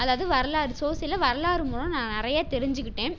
அதாவது வரலாறு சோசியலில் வரலாறு மூலம் நான் நிறைய தெரிஞ்சுக்கிட்டேன்